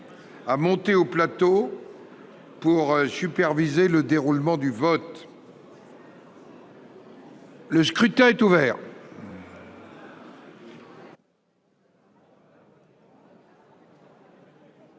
à monter au plateau pour superviser le déroulement du vote. Le scrutin est ouvert.